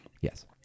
Yes